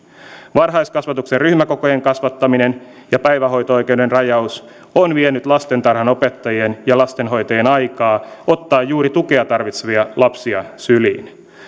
varhaiskasvatuksen ryhmäkokojen kasvattaminen ja päivähoito oikeuden rajaus on vienyt lastentarhanopettajien ja lastenhoitajien aikaa ottaa juuri niitä tukea tarvitsevia lapsia syliin